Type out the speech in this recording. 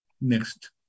Next